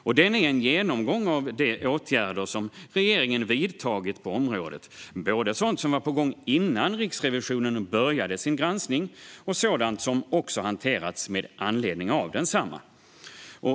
Skrivelsen är en genomgång av de åtgärder regeringen har vidtagit på området, både sådant som var på gång innan Riksrevisionen började sin granskning och sådant som har hanterats med anledning av densamma.